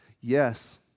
Yes